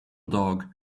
dog